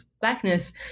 blackness